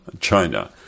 China